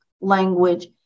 language